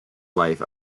life